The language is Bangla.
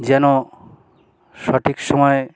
যেন সঠিক সময়ে